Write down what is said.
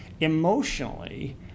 emotionally